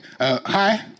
Hi